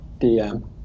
DM